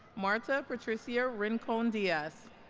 martha patricia rincon diaz